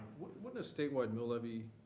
wouldn't a statewide mill levy,